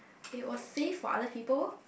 it was safe for other people